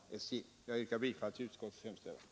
Herr talman! Jag yrkar bifall till utskottets hemställan.